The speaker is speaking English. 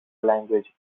language